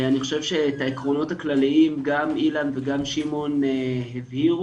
אני חושב שאת העקרונות הכלליים גם אילן וגם שמעון הבהירו.